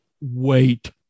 wait